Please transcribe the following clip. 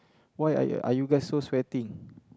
why are are you guys so sweating